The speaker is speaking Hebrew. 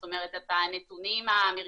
זאת אומרת את הנתונים האמריקאים.